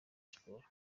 sports